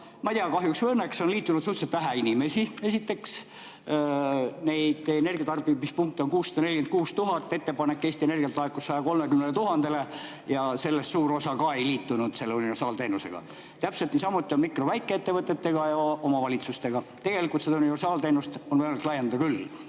ma ei tea, kas kahjuks või õnneks, on liitunud suhteliselt vähe inimesi, esiteks. Neid energiatarbimispunkte on 646 000, ettepanek Eesti Energialt laekus 130 000-le ja sellest suur osa ka ei liitunud selle universaalteenusega. Täpselt niisamuti on mikro- ja väikeettevõtetega ja omavalitsustega. Tegelikult seda universaalteenust on võimalik laiendada küll. Aga